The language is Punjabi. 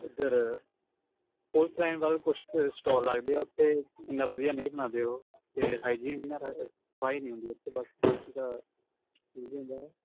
ਇਧਰ ਪੂਲ ਟਾਈਮ ਵੱਲ ਕੁਛ ਸਟੋਲ ਲੱਗਦੇ ਆ ਉਥੇ ਇੰਨਾ ਵਧੀਆ ਨਹੀਂ ਬਣਾਉਂਦੇ ਉਹ ਅਤੇ ਹਾਈਜੀਨ ਵੀ ਨਾ ਸਫ਼ਾਈ ਨਹੀਂ ਹੁੰਦੀ ਉੱਥੇ ਬਸ ਬਾਕੀ ਦਾ ਠੀਕ ਹੁੰਦਾ